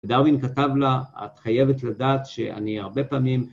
ודארווין כתב לה, את חייבת לדעת שאני הרבה פעמים...